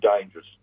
dangerous